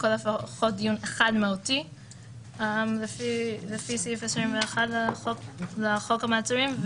לכל הפחות דיון אחד מהותי לפי סעיף 21 לחוק המעצרים,